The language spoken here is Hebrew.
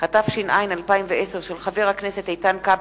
כי הונחו היום על שולחן הכנסת,